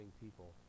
people